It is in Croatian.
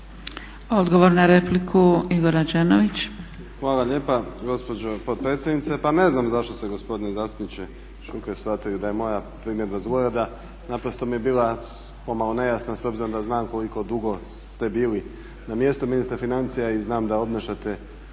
Odgovor na repliku Igor Rađenović.